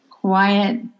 quiet